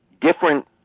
Different